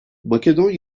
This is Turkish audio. makedon